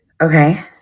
okay